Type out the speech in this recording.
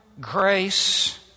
grace